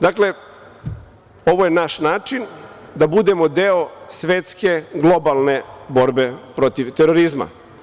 Dakle, ovo je naš način da budemo deo svetske globalne borbe protiv terorizma.